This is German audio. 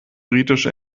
britisch